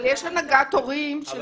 אבל יש הנהגת הורים.